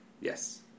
yes